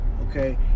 okay